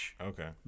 Okay